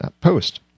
post